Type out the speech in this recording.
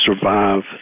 survive